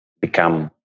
become